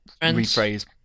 rephrase